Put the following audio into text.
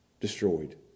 destroyed